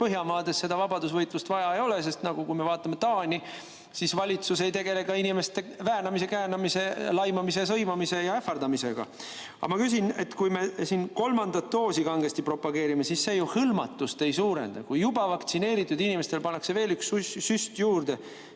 Põhjamaades seda vabadusvõitlust vaja ei ole, sest kui me vaatame näiteks Taanit, siis seal valitsus ei tegele inimeste väänamise, käänamise, laimamise, sõimamise ja ähvardamisega. Aga ma küsin, et kui me siin kolmandat doosi kangesti propageerime, siis see ju hõlmatust ei suurenda. Kui juba vaktsineeritud inimestele pannakse veel üks süst juurde,